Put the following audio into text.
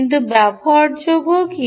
কিন্তু ব্যবহারযোগ্য কি